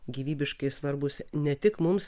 gyvybiškai svarbūs ne tik mums